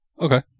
Okay